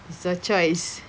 it's your choice